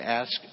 ask